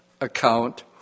account